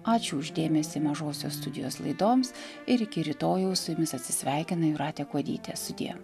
ačiū už dėmesį mažosios studijos laidoms ir iki rytojaus su jumis atsisveikina jūratė kuodytė sudie